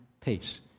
peace